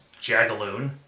Jagaloon